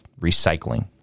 recycling